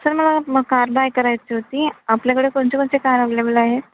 sir मला car buy करायची होती आपल्याकडे कोणच्या कोणच्या कार अव्हलेबल आहेत